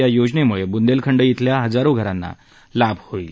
या योजनेमुळे बुंदेलखंड अल्या हजारो घरांना लाभ होईल